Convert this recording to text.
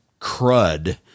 crud